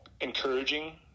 encouraging